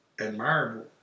admirable